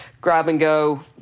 grab-and-go